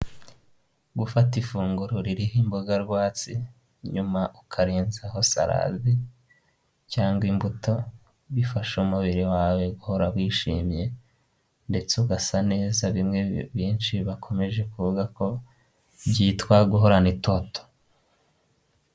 Gufata ifunguro ririho imboga rwatsi nyuma ukarenzaho salade cyangwa imbuto, bifasha umubiri wawe guhora wishimye ndetse ugasa neza bimwe benshi bakomeje kuvuga ko byitwa guhorana itoto.